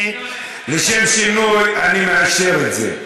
לשם שינוי אני מאשר את זה.